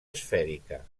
esfèrica